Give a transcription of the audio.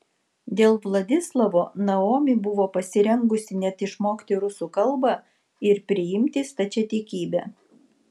dėl vladislavo naomi buvo pasirengusi net išmokti rusų kalbą ir priimti stačiatikybę